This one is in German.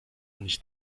nicht